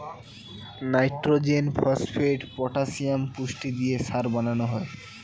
nitrogen, phosphate, potassium পুষ্টি দিয়ে সার বানানো হয়